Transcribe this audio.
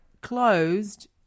closed